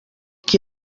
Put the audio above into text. qui